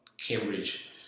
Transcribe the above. cambridge